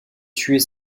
tuer